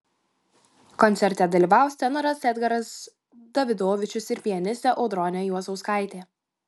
koncerte dalyvaus tenoras edgaras davidovičius ir pianistė audronė juozauskaitė